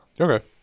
Okay